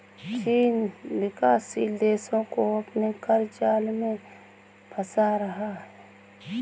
चीन विकासशील देशो को अपने क़र्ज़ जाल में फंसा रहा है